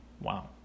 wow